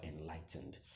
enlightened